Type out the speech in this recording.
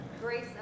Grace